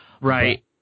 Right